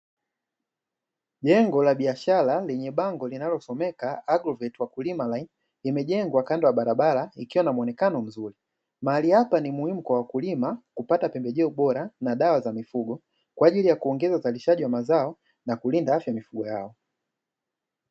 Jengo la biashara, lina bango linalosomeka “agurogeti wakulima laini “ limejengwa kando ya barabara likiwa na muonekano mzuri, mahali hapa ni muhimu kwa wakulima kupata pembejeo bora na dawa za mifugo kwa ajili ya kuongeza usalishaji wa mazao na kulinda afya ya mifugo yao.